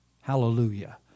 Hallelujah